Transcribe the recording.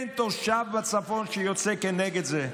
אין תושב בצפון שיוצא כנגד זה.